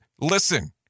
listen